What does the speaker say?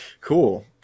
Cool